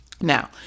Now